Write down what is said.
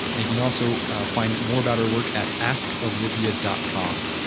and you can also find more about her work at askolivia dot com